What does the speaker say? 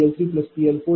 म्हणजेच P3PL3PL40